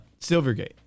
Silvergate